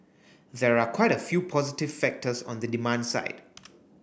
there are quite a few positive factors on the demand side